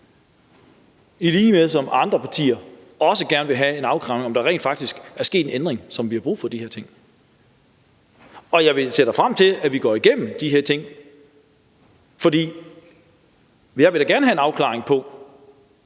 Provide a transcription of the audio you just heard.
i lighed med andre partier, som også gerne vil have en afklaring på, om der rent faktisk er sket en ændring, så vi har brug for de her ting. Jeg ser da frem til, at vi gennemgår de her ting, for jeg vil da gerne have en afklaring på,